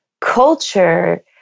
culture